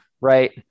Right